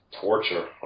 torture